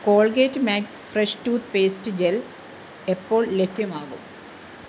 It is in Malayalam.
Colgate max fresh toothpaste gel എപ്പോൾ ലഭ്യമാകും